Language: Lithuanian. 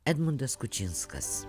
edmundas kučinskas